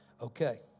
Okay